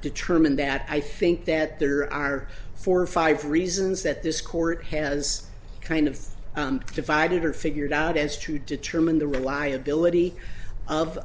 determine that i think that there are four or five reasons that this court has kind of divided or figured out as to determine the reliability of